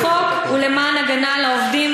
החוק הוא למען הגנה על העובדים,